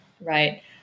right